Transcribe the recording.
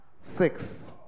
six